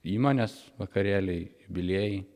įmonės vakarėliai jubiliejai